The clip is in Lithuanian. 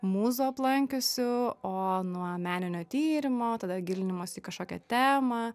mūzų aplankiusių o nuo meninio tyrimo tada gilinimosi į kažkokią temą